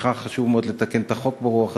לפיכך חשוב מאוד לתקן את החוק ברוח הזאת.